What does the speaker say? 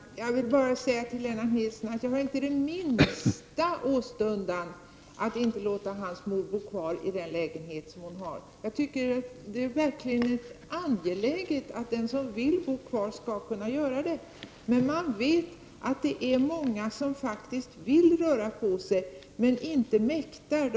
Fru talman! Till Lennart Nilsson vill jag säga att jag inte har den minsta åstundan till att inte vilja låta hans mor bo kvar i sin lägenhet. Det är verkligen angeläget att den som vill bo kvar skall få göra det. Ändå vet man att det faktiskt är många som vill röra på sig, men de mäktar inte.